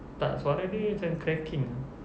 tak suara dia macam cracking